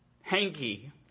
hanky